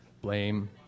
Blame